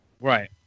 Right